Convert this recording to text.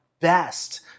best